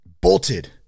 bolted